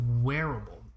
wearable